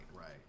right